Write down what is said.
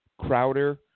Crowder